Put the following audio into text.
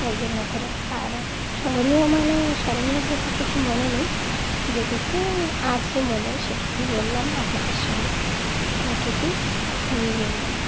ওই জন্য করে আর স্মরণীয় মানে স্মরণীয় বলতে কিছু মনে নেই যেটুকু আছে মনে সেটুকুই বললাম আপনাদের সঙ্গে এটুকুই ইয়ে নিয়ে আমরা